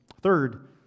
Third